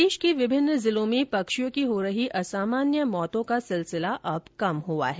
प्रदेश के विभिन्न जिलों में पक्षियों की हो रही असामान्य मौतों का सिलसिला अब कम हो गया है